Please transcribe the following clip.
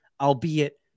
albeit